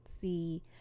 see